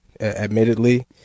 admittedly